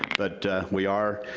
but we are.